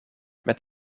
met